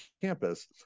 campus